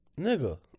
Nigga